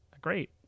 great